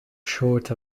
short